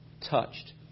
touched